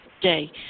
day